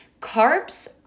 carbs